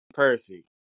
Perfect